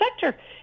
sector